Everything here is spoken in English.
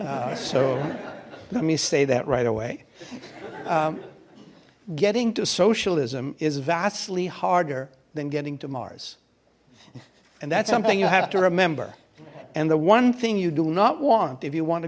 so let me say that right away getting to socialism is vastly harder than getting to mars and that's something you have to remember and the one thing you do not want if you want to